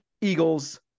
Eagles